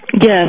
Yes